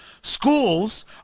Schools